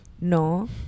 no